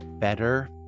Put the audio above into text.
better